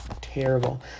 terrible